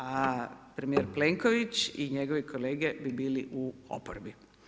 A premjer Plenković i njegove kolege bi bili u oporbi.